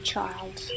child